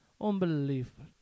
Unbelievable